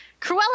Cruella